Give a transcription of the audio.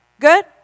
Good